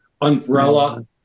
umbrella